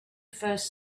first